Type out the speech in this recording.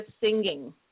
singing